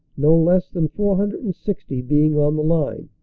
no less than four hundred and sixty being on the line,